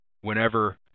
Whenever